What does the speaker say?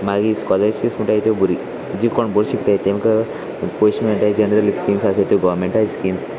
मागीर स्कॉलरशीप्स म्हणटा त्यो बग जी कोण बरे शिकताय तांकां पयशे मेळटाय जनर स्किम्स आसा त्यो गोवमेंटा स्किम्स